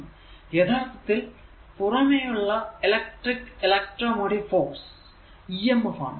ഇത് യഥാർത്ഥത്തിൽ പുറമെയുള്ള electric electro motive force emf ആണ്